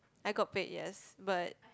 I got pay yes but